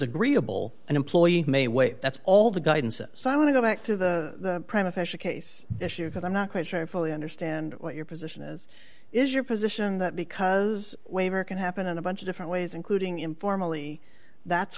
agreeable an employee may waive that's all the guidance and so i want to go back to the prime official case issue because i'm not quite sure i fully understand what your position is is your position that because waiver can happen in a bunch of different ways including informally that's